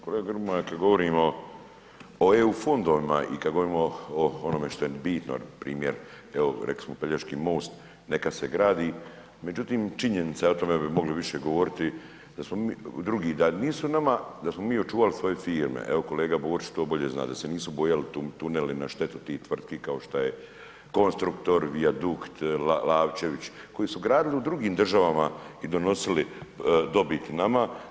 Kolega Grmoja kada govorimo o eu fondovima i kada govorimo o onome što je bitno primjer, evo rekli smo Pelješki most, neka se gradi, međutim činjenica je i o tome bi mogli više govoriti da smo mi, drugi, da nisu nama, da smo mi očuvali svoje firme, evo kolega Borić to bolje zna, da se nisu bojali tuneli na štetu tih tvrtki kao što je Konstruktor, Vijadukt, Lavčević koji su gradili u drugim državama i donosili dobit nama.